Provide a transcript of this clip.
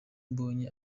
mbonye